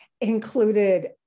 included